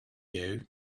you